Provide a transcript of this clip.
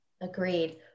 Agreed